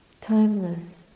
timeless